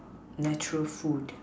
natural food